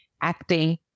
acting